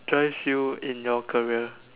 drive you in your career